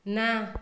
ନା